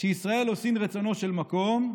"כשישראל עושין את רצונו של מקום,